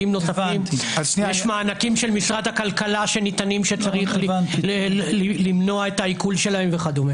יש מענקים של משרד הכלכלה שניתנים שצריך למנוע את העיקול שלהם וכדומה.